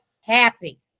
happy